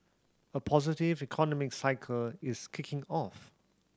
a positive economic cycle is kicking off